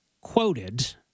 quoted